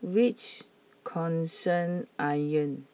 which concern iron